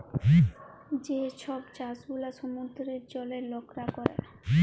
যে ছব চাষ গুলা সমুদ্রের জলে লকরা ক্যরে